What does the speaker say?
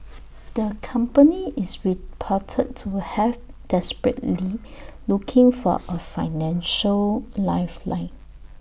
the company is reported to have desperately looking for A financial lifeline